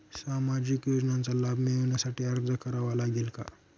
सामाजिक योजनांचा लाभ मिळविण्यासाठी अर्ज करावा लागेल का?